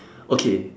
okay